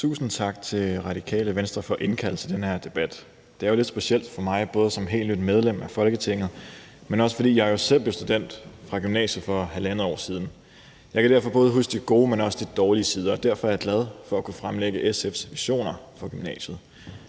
Tusind tak til Radikale Venstre for at indkalde til den her debat. Det er jo lidt specielt for mig, både fordi jeg er helt nyt medlem af Folketinget, og fordi jeg jo selv blev student fra gymnasiet for halvandet år siden. Jeg kan derfor både huske de gode og de dårlige sider, og derfor er jeg glad for at kunne fremlægge SF's visioner for gymnasiet.